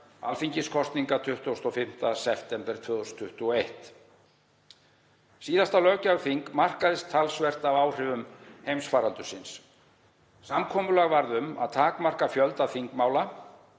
alþingiskosninga 25. september 2021. Síðasta löggjafarþing markaðist talsvert af áhrifum heimsfaraldursins. Samkomulag varð um að takmarka fjölda þingmála